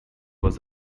was